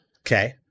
Okay